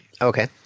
Okay